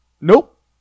nope